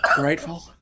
grateful